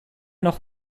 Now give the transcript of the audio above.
noch